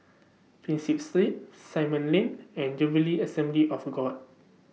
Prinsep Street Simon Lane and Jubilee Assembly of God